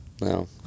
No